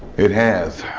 it has.